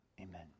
amen